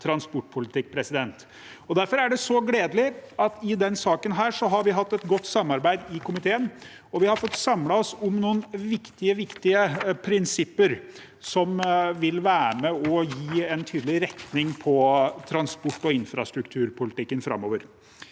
transportpolitikk. Derfor er det så gledelig at vi i denne saken har hatt et godt samarbeid i komiteen, og vi har fått samlet oss om noen viktige, viktige prinsipper som vil være med og gi en tydelig retning for transport- og infrastrukturpolitikken framover.